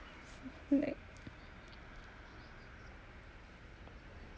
right